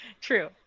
True